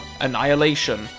Annihilation